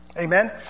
Amen